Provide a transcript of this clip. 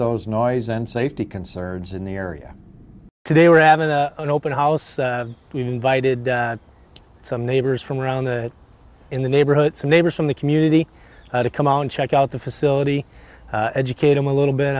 those noise and safety concerns in the area today we're having an open house you've invited some neighbors from around the in the neighborhood some neighbors from the community to come out and check out the facility educate them a little bit